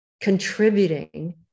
contributing